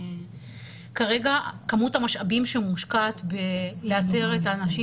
כרגע כמות המשאבים שמושקעת באיתור האנשים